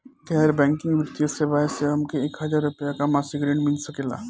गैर बैंकिंग वित्तीय सेवाएं से हमके एक हज़ार रुपया क मासिक ऋण मिल सकेला?